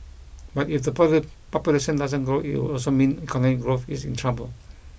but if the population doesn't grow it would also mean economic growth is in trouble